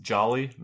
Jolly